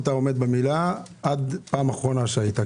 אתה עומד במילה עד פעם אחרונה שהיית,